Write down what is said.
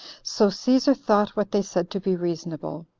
so caesar thought what they said to be reasonable.